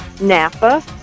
Napa